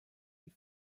die